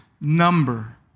number